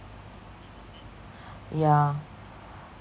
yeah